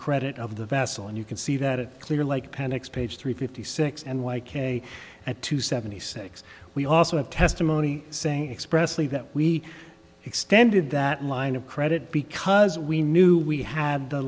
credit of the vessel and you can see that it clear like panix page three fifty six and why k at two seventy six we also have testimony saying expressly that we extended that line of credit because we knew we had the